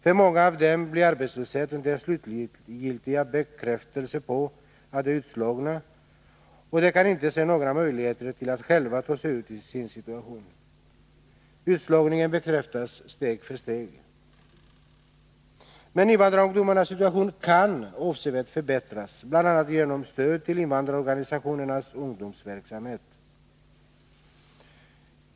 För många av dem blir arbetslösheten den slutliga bekräftelsen på att de är utslagna, och de kan inte se några möjligheter att själva ta sig ur sin situation. Utslagningen bekräftas steg för steg. Men invandrarungdomarnas situation kan avsevärt förbättras, bl.a. genom stöd till invandrarorganisationernas ungdomsverksamhet.